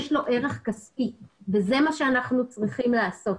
יש לו ערך כספי וזה מה שאנחנו צריכים לעשות.